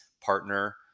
partner